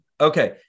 okay